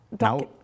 Now